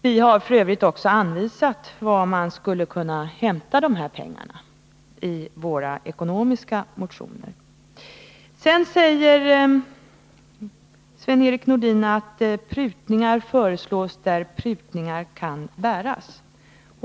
Vi har f. ö. också i våra ekonomiska motioner anvisat var man skulle kunna hämta de här pengarna. Sedan säger Sven-Erik Nordin att prutningar föreslås där prutningar kan bäras.